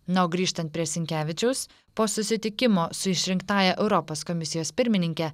na o grįžtant prie sinkevičiaus po susitikimo su išrinktąja europos komisijos pirmininke